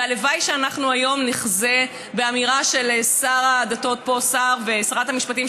והלוואי שאנחנו היום נחזה באמירה של שר הדתות ושרת המשפטים,